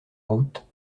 route